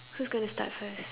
who's gonna start first